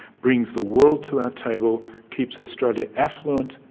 brings the world to our table, keeps australia affluent,